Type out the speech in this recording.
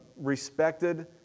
respected